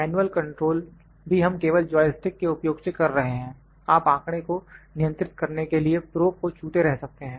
manual control भी हम केवल जॉय स्टिक के उपयोग से कर रहे हैं आप आंकड़े को नियंत्रित करने के लिए प्रोब को छूते रह सकते हैं